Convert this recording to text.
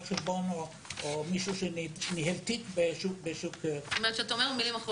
חשבון או מישהו שניהל תיק --- זאת אומרת שבמילים אחרות